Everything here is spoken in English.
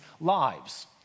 lives